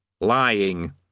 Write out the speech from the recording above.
Lying